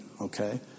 okay